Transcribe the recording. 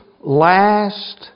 last